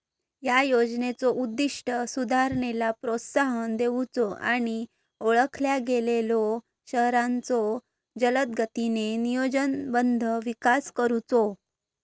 या योजनेचो उद्दिष्ट सुधारणेला प्रोत्साहन देऊचो आणि ओळखल्या गेलेल्यो शहरांचो जलदगतीने नियोजनबद्ध विकास करुचो